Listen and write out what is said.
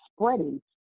spreading